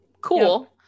cool